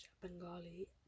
Bengali